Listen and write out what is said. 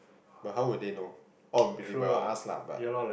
but how would they know on believable ah ask lah but